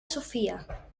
sofía